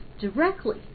directly